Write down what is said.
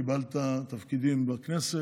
קיבלת תפקידים בכנסת,